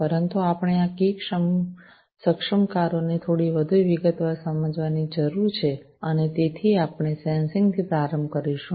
પરંતુ આપણે આ કી સક્ષમકારોને થોડી વધુ વિગતવાર સમજવાની જરૂર છે અને તેથી આપણે સેન્સિંગ થી પ્રારંભ કરીશું